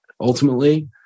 ultimately